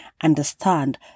understand